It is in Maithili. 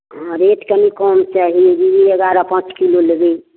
हँ रेट कनि कम चाही वी वी एगारह पाँच किलो लेबै